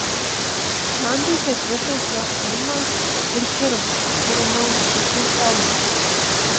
man tai ketvirtas jo filmas ir pirmas kuriame užčiuopiu formulę